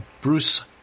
Bruce